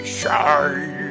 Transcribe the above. shine